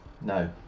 No